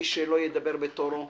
מי שלא ידבר בתורו,